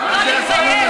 אנחנו לא נתבייש.